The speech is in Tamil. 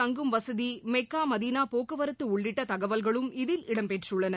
தங்கும் வசதிமெக்கா மதீனாபோக்குவரத்துஉள்ளிட்டதகவல்களும் இதில் இடம் பெற்றுள்ளன